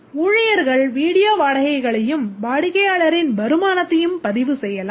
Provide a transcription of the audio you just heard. ஊழியர்கள் வீடியோ வாடகைகளையும் வாடிக்கையாளரின் வருமானத்தையும் பதிவு செய்யலாம்